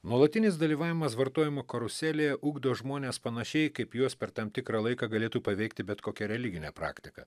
nuolatinis dalyvavimas vartojimo karuselėje ugdo žmones panašiai kaip juos per tam tikrą laiką galėtų paveikti bet kokia religinė praktika